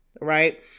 right